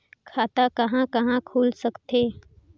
खाता कहा कहा खुल सकथे?